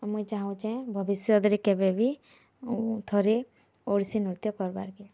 ମୁଇଁ ଚାହୁଁଛେ ଭବିଷ୍ୟତ୍ରେ କେବି ବି ଥରେ ଓଡ଼ିଶୀ ନୃତ୍ୟ କର୍ବାର୍କେ